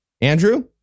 Andrew